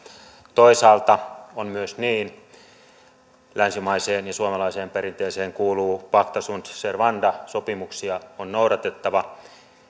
toisaalta on myös niin että länsimaiseen ja suomalaiseen perinteeseen kuuluu pacta sunt servanda sopimuksia on noudatettava